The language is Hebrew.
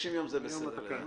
30 יום זה בסדר.